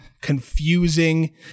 confusing